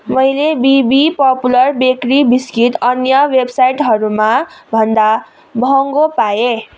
मैले BB popular bakery biscuit अन्य वेबसाइटहरूमा भन्दा महँगो पाएँ